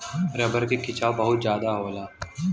rubber में खिंचाव बहुत जादा होला